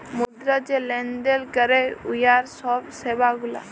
মুদ্রা যে লেলদেল ক্যরে উয়ার ছব সেবা গুলা